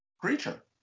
creature